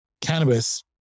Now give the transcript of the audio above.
cannabis